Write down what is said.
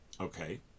Okay